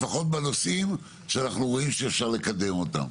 לפחות בנושאים שאנחנו רואים שאפשר לקדם אותם.